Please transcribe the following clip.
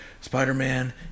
Spider-Man